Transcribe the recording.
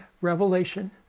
Revelation